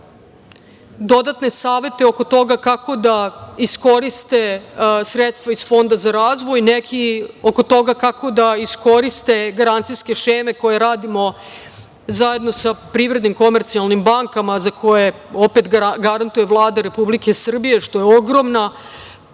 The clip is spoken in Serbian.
traže dodatne savete oko toga kako da iskoriste sredstava iz Fonda za razvoj, neki oko toga kako da iskoriste garancijske šeme koje radimo zajedno sa privrednim komercijalnim bankama, za koje opet garantuje Vlada Republike Srbije, što je ogromna